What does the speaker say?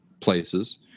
places